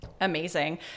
Amazing